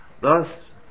Thus